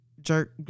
jerk